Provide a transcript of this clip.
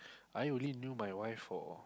I only knew my wife for